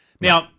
now